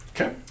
Okay